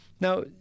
Now